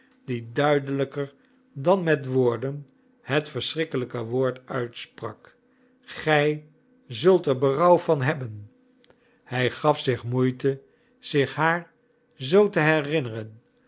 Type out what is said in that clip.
die duidelijker dan met woorden het verschrikkelijke woord uitsprak gij zult er berouw van hebben hij gaf zich moeite zich haar zoo te herinneren